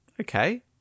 okay